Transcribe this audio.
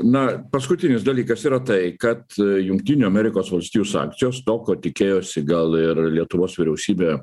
na paskutinis dalykas yra tai kad jungtinių amerikos valstijų sankcijos to ko tikėjosi gal ir lietuvos vyriausybė